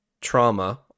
Trauma